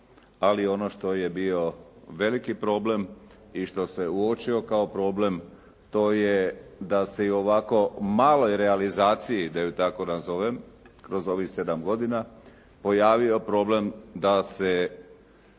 ali ono što je bio veliki problem i što se uočio kao problem to je da se i ovako maloj realizaciji, da ju tako nazovem kroz ovih 7 godina pojavio problem da se